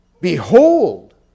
Behold